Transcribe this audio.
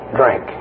drink